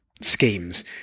schemes